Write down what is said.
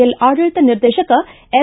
L ಆಡಳಿತ ನಿರ್ದೇಶಕ M